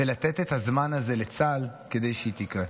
ולתת את הזמן הזה לצה"ל כדי שהיא תקרה.